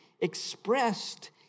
expressed